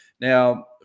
Now